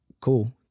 cool